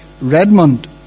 Redmond